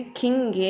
king